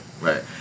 Right